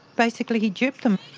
basically, he duped them.